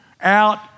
out